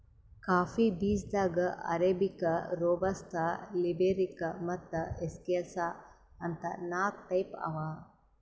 coffee ಬೀಜಾದಾಗ್ arabica, robusta, liberica ಮತ್ತ್ excelsa ಅಂತ್ ನಾಕ್ ಟೈಪ್ ಅವಾ